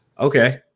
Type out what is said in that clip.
Okay